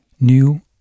new